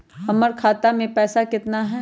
हमर खाता मे पैसा केतना है?